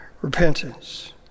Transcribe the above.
repentance